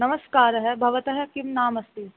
नमस्कारः भवतः किं नाम अस्ति